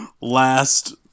last